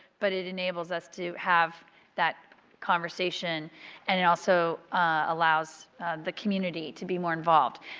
but it enables us to have that conversation and it also allows the community to be more involved.